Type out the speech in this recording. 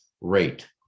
rate